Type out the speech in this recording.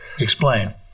Explain